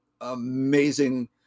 amazing